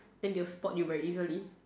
then they will spot you very easily